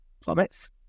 plummets